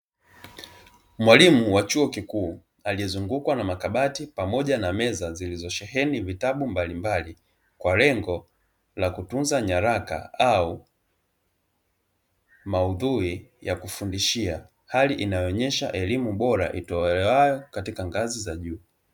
Mwalimu wa chuo kikuu aliyezungukwa na makabati pamoja na meza zilizosheheni vitabu mbalimbali kwa lengo la kutunza nyaraka au maudhui ya kufundishia, hali inayoonyesha elimu bora itolewayo katika ngazi za juu.